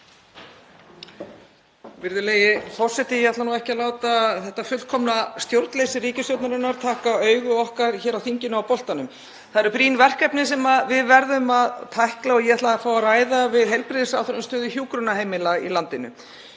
Forseti. Ég ætla nú ekki að láta þetta fullkomnu stjórnleysi ríkisstjórnarinnar taka augu okkar hér á þinginu af boltanum. Það eru brýn verkefni sem við verðum að tækla og ég ætlaði að fá að ræða við heilbrigðisráðherra um stöðu hjúkrunarheimila í landinu.